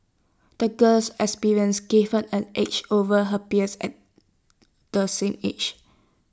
the girl's experiences gave her an edge over her peers at the same age